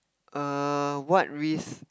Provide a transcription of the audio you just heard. err what risk